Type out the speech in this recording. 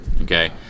okay